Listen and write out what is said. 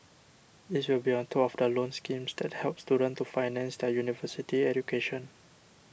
these will be on top of the loan schemes that help students to finance their university education